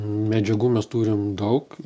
medžiagų mes turim daug